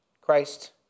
Christ